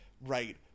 right